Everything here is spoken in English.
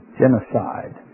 genocide